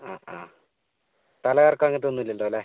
ആ ആ തലകറക്കം അങ്ങനത്തെ ഒന്നും ഇല്ലല്ലോ അല്ലേ